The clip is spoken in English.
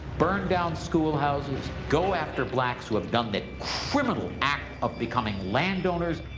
burned down schoolhouses, go after blacks who have done the criminal act of becoming landowners.